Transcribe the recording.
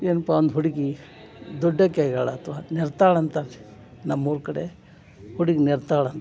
ಏನಪ್ಪಾ ಒಂದು ಹುಡುಗಿ ದೊಡ್ಡಾಕಿ ಆಗ್ಯಾಳೆ ಅಥ್ವಾ ನೆರ್ದಾಳಂತ ನಮ್ಮ ಊರ ಕಡೆ ಹುಡುಗಿ ನೆರ್ದಾಳಂತ